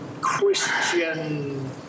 Christian